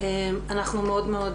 אנחנו מאוד מאוד